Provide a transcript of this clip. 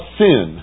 sin